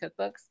cookbooks